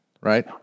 right